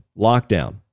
lockdown